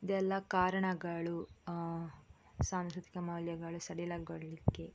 ಇದೆಲ್ಲ ಕಾರಣಗಳು ಸಾಂಸ್ಕೃತಿಕ ಮೌಲ್ಯಗಳು ಸಡಿಲಗೊಳ್ಳಲಿಕ್ಕೆ